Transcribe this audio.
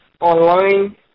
online